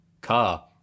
car